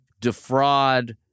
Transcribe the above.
defraud